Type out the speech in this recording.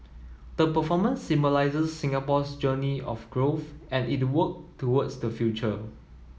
the performance symbolises Singapore's journey of growth and it work towards the future